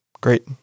great